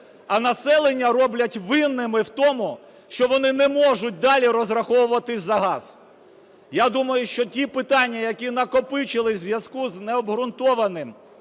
а населення роблять винними в тому, що вони не можуть далі розраховуватись за газ. Я думаю, що ті питання, які накопичились у зв'язку з необґрунтованим